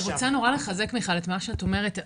אני רוצה נורא לחזק מיכל את מה שאת אומרת,